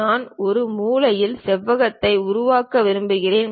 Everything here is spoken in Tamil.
நான் ஒரு மூலையில் செவ்வகத்தை உருவாக்க விரும்புகிறேன்